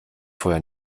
vorher